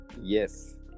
yes